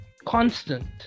constant